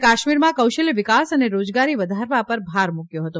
તેમણે કાશ્મીરમાં કૌશલ્ય વિકાસ અને રોજગારી વધારવા પર ભાર મૂક્યો હતો